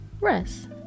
rest